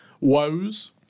woes